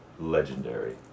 legendary